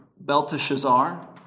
Belteshazzar